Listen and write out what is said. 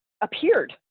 appeared